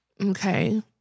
Okay